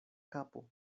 kapo